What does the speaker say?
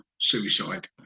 suicide